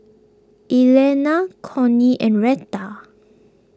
Elaina Connie and Reta